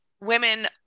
women